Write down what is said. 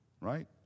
Right